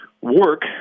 work